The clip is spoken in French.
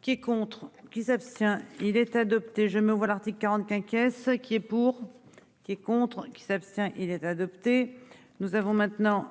Qui est contre qui s'abstient. Il est adopté. Je me vois l'article 40 quinquet ce qui est pour. Qui est contre qui s'abstient il est adopté. Nous avons maintenant